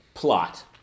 plot